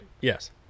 Yes